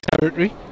territory